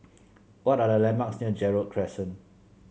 what are the landmarks near Gerald Crescent